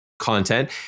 content